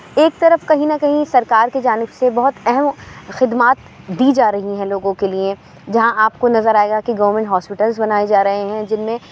ایک طرف کہیں نہ کہیں سرکار کی جانب سے بہت اہم خدمات دی جا رہی ہیں لوگوں کے لیے جہاں آپ کو نظر آئے گا کہ گورمنٹ ہاسپٹلس بنائے جا رہے ہیں جن میں